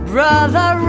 Brother